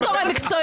תלך לגורם מקצועי.